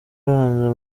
abanza